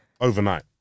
overnight